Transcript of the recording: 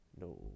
No